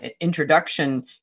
introduction